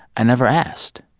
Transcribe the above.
i never asked.